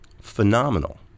phenomenal